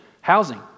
housing